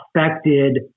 affected